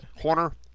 corner